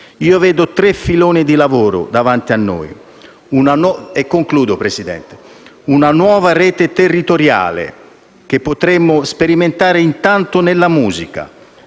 io vedo tre filoni di lavoro davanti a noi: una nuova rete territoriale che potremmo sperimentare intanto nella musica;